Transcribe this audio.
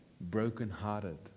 brokenhearted